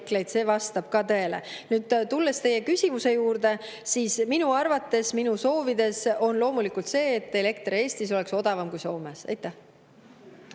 see vastab ka tõele. Nüüd tulles teie küsimuse juurde, siis minu arvates, minu soovides on loomulikult see, et elekter Eestis oleks odavam kui Soomes. Aitäh!